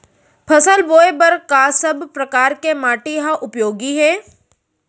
फसल बोए बर का सब परकार के माटी हा उपयोगी हे?